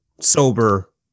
sober